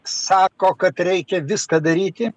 sako kad reikia viską daryti